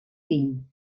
fill